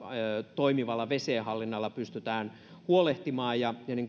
toimivalla vesien hallinnalla pystytään huolehtimaan